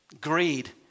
greed